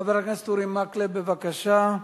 חבר הכנסת אורי מקלב, בבקשה.